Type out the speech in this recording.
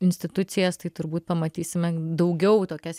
institucijas tai turbūt pamatysime daugiau tokias